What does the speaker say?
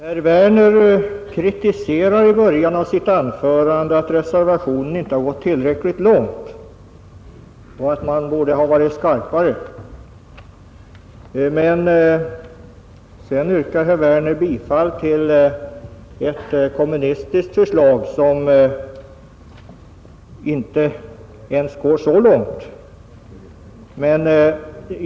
Herr talman! Herr Werner kritiserade i början av sitt anförande att reservationen inte går tillräckligt långt och att den borde ha varit skarpare. Men sedan yrkade herr Werner bifall till ett kommunistiskt förslag.